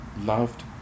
loved